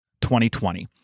2020